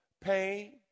Pain